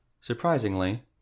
Surprisingly